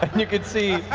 ah you can see